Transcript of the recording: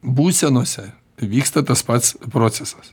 būsenose vyksta tas pats procesas